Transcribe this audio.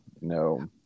No